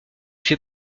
fait